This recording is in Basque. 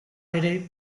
ere